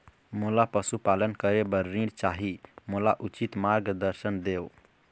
मोला पशुपालन करे बर ऋण चाही, मोला उचित मार्गदर्शन देव?